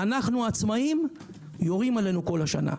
אנחנו העצמאיים יורים עלינו כל השנה.